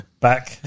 back